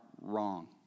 wrong